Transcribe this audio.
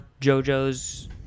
JoJo's